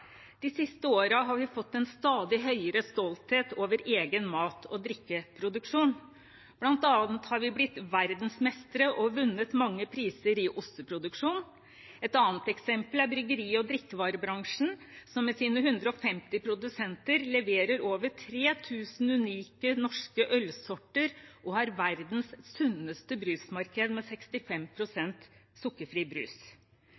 De siste årene har vi fått en stadig høyere stolthet over egen mat- og drikkeproduksjon. Blant annet har vi blitt verdensmestre og vunnet mange priser i osteproduksjon. Et annet eksempel er bryggeri- og drikkevarebransjen, som med sine 150 produsenter leverer over 3 000 unike norske ølsorter og har verdens sunneste brusmarked med 65 pst. sukkerfri brus.